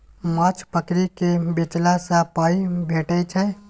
माछ पकरि केँ बेचला सँ पाइ भेटै छै